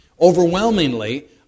overwhelmingly